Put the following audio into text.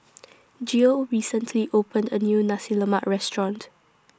Geo recently opened A New Nasi Lemak Restaurant